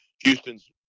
Houston's